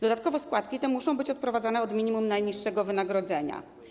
Dodatkowo składki te muszą być odprowadzane od minimum najniższego wynagrodzenia.